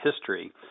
history